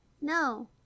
No